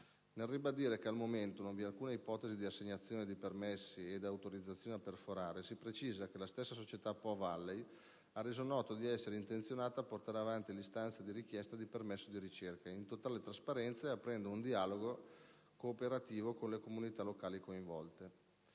Nel ribadire che, al momento, non vi è alcuna ipotesi di assegnazione di permessi ed autorizzazioni a perforare, si precisa che la stessa società Po Valley ha reso noto di essere intenzionata a portare avanti l'istanza di richiesta di permesso di ricerca in totale trasparenza e aprendo un dialogo onesto e cooperativo con le comunità locali coinvolte.